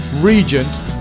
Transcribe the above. Regent